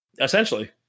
Essentially